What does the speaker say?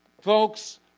Folks